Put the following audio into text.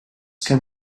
can